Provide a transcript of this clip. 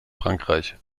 frankreich